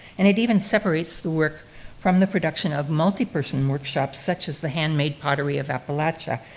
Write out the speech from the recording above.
and it even separates the work from the production of multi-person workshops, such as the hand-made pottery of appalachia,